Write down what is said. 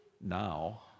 Now